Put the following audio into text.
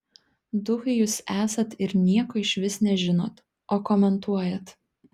duchai jūs esat ir nieko išvis nežinot o komentuojat